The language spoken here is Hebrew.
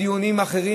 בדיונים אחרים,